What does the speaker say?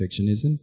perfectionism